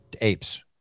apes